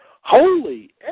holy